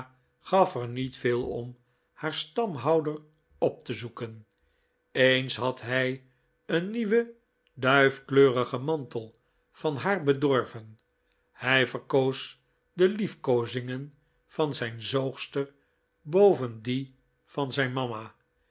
gaf er niet veel om haar stamhouder op te zoeken eens had hij een nieuwen duif kleurigen mantel van haar bedorven hij verkoos de i ief koozingen van zijn zoogster boven die van zijn mama